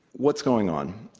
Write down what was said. what's going on?